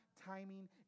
timing